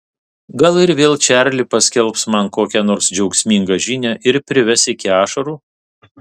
gal ir vėl čarli paskelbs man kokią nors džiaugsmingą žinią ir prives iki ašarų